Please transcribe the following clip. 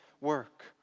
work